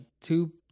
two